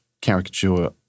caricature